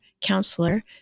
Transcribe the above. Counselor